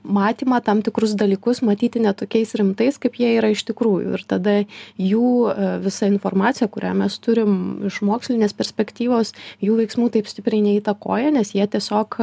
matymą tam tikrus dalykus matyti ne tokiais rimtais kaip jie yra iš tikrųjų ir tada jų visa informacija kurią mes turim iš mokslinės perspektyvos jų veiksmų taip stipriai neįtakoja nes jie tiesiog